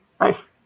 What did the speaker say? Nice